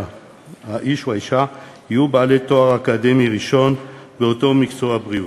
שהאיש או האישה יהיו בעלי תואר אקדמי ראשון באותו מקצוע בריאות.